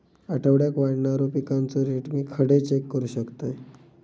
आठवड्याक वाढणारो पिकांचो रेट मी खडे चेक करू शकतय?